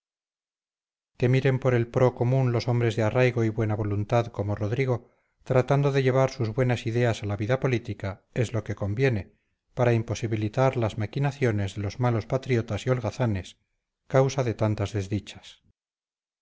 que miren por el procomún los hombres de arraigo y buena voluntad como rodrigo tratando de llevar sus buenas ideas a la vida política es lo que conviene para imposibilitar las maquinaciones de los malos patriotas y holgazanes causa de tantas desdichas